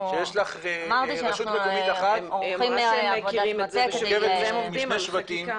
שיש לך רשות מקומית אחת שמורכבת משני שבטים.